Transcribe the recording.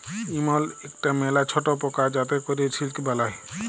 ইমল ইকটা ম্যালা ছট পকা যাতে ক্যরে সিল্ক বালাই